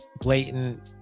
blatant